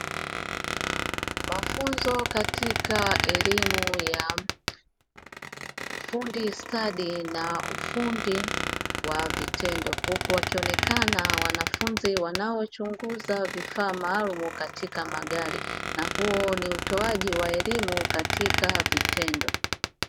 Mafunzo katika elimu ya ufundi stadi na ufundi wa vitendo huku wakionekana wanafunzi wanaochunguza vifaa maalumu katika magari, na huo ni utoaji wa elimu katika vitendo.